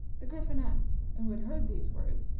the gryphoness, who had heard these words,